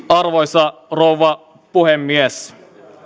arvoisa rouva puhemies